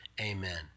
amen